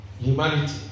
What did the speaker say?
humanity